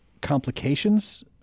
complications